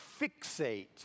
fixate